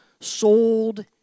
sold